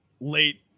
late